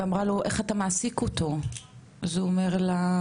היא שאלה אותו איך הוא מעסיק אותו אז הוא אומר לה,